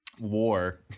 war